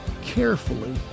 carefully